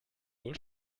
wohl